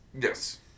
Yes